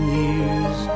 years